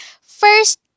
First